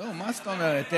לא, מה זאת אומרת?